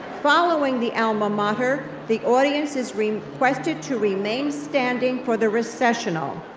following the alma mater, the audience is requested to remain standing for the recessional.